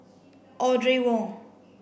Audrey Wong